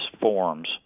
forms